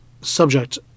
subject